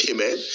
Amen